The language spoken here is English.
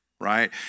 right